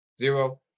Zero